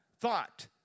thought